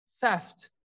Theft